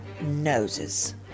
noses